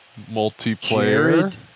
multiplayer